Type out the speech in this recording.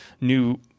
new